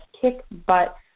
kick-butt